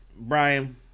brian